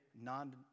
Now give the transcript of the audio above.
non